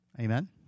Amen